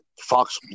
Fox